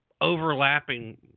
overlapping